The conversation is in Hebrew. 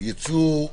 יצאו,